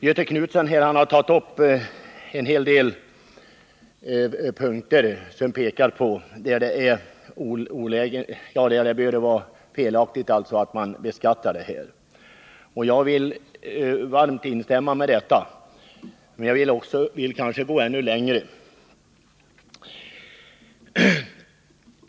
Göthe Knutson har tagit upp en hel del argument för att det är felaktigt att beskatta den här verksamheten, och jag vill varmt instämma med honom. Men jag vill kanske gå ännu längre.